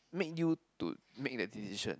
make you do make that decision